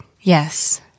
Yes